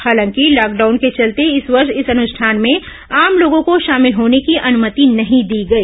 हालांकि लॉकडाउन के चलते इस वर्ष इस अनुष्ठान में आम लोगों को शामिल होने की अनुमति नहीं दी गई